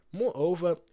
Moreover